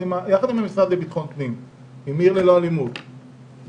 עם המשרד לביטחון הפנים של עיר ללא אלימות ב-2017,